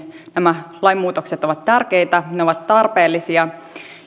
nämä lainmuutokset ovat tärkeitä ne ovat tarpeellisia